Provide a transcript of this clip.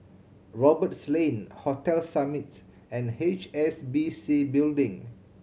Roberts Lane Hotel Summit and H S B C Building